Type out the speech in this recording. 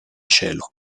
cielo